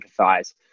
empathize